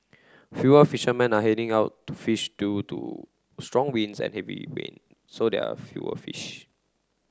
fewer fishermen are heading out to fish due to strong winds and heavy rain so there are fewer fish